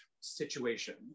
situation